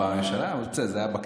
זה היה בקטנה לגמרי.